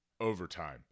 overtime